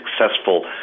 successful